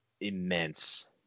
immense